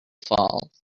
falls